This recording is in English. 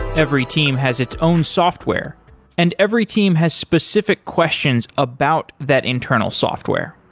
every team has its own software and every team has specific questions about that internal software.